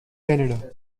canada